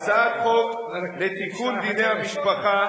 הצעת חוק לתיקון דיני המשפחה,